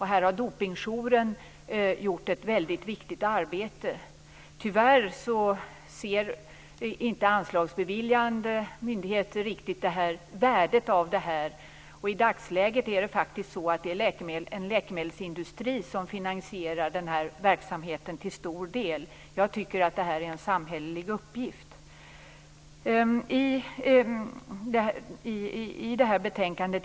Här har Dopingjouren gjort ett väldigt viktigt arbete. Tyvärr ser anslagsbeviljande myndigheter inte riktigt värdet av detta. I dagsläget är det till stor del en läkemedelsindustri som finansierar verksamheten. Jag tycker att det är en samhällelig uppgift.